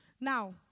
Now